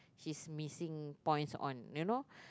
she is missing points on you know